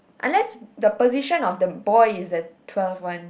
unless the position of the boy is a twelve one